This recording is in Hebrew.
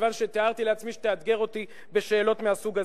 כיוון שתיארתי לעצמי שתאתגר אותי בשאלות מהסוג הזה.